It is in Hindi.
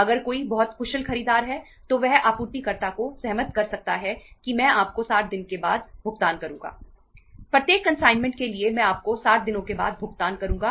अगर कोई बहुत कुशल खरीदार है तो वह आपूर्तिकर्ता को सहमत कर सकता है कि मैं आपको 60 दिनों के बाद भुगतान करूंगा